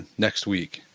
next week.